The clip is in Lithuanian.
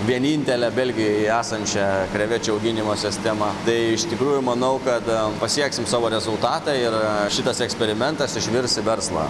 vienintelę belgijoje esančią krevečių auginimo sistemą tai iš tikrųjų manau kad pasieksim savo rezultatą ir šitas eksperimentas išvirs į verslą